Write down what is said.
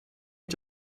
ich